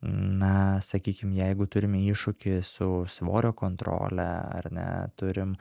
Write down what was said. na sakykim jeigu turime iššūkį su svorio kontrole ar ne turim